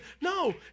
No